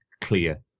clear